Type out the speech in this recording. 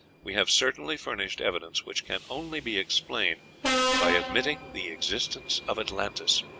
we have certainly furnished evidence which can only be explained by admitting the existence of atlantis,